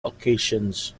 occasions